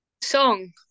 Song